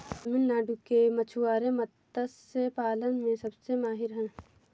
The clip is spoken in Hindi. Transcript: तमिलनाडु के मछुआरे मत्स्य पालन में सबसे माहिर हैं